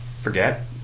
forget